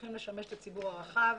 שצריכים לשמש לציבור הרחב.